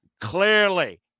Clearly